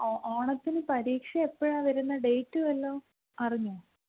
ഓ ഓണത്തിന് പരീക്ഷ എപ്പോഴാണ് വരുന്നത് ഡേറ്റ് വല്ലതും അറിഞ്ഞോ